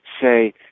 say